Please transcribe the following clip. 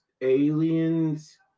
aliens